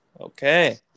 Okay